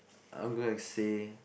I'm gonna say